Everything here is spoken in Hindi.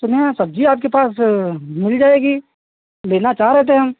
सुना है सब्ज़ी आपके पास मिल जाएगी लेना चाह रहे थे हम